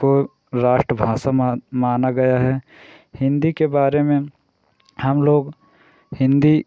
को राष्ट्र भाषा मान माना गया है हिन्दी के बारे में हम लोग हिन्दी